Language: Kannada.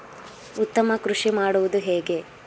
ಉತ್ತಮ ಕೃಷಿ ಮಾಡುವುದು ಹೇಗೆ?